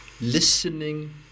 listening